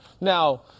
Now